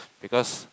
because